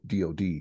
dod